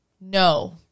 No